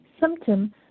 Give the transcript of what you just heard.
symptom